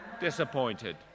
disappointed